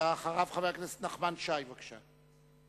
חבר הכנסת נחמן שי, בבקשה.